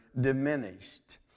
diminished